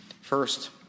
first